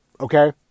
okay